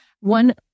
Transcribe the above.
one